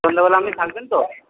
সন্ধেবেলা আপনি থাকবেন তো